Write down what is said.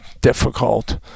difficult